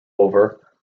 over